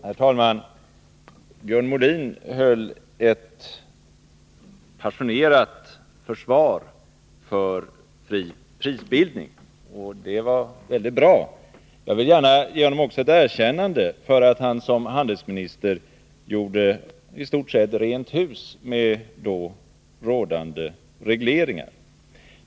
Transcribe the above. Herr talman! Björn Molin höll ett passionerat försvarstal för fri prisbildning. Det var väldigt bra. Jag vill också gärna ge honom ett erkännande för att han som handelsminister gjorde i stort sett rent hus med då rådande regleringar.